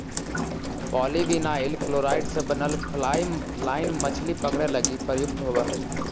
polyvinyl chloride से बनल fly line मछली पकडे लगी प्रयुक्त होवऽ हई